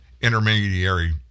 intermediary